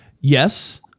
yes